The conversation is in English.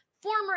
Former